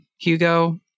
Hugo